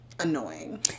Annoying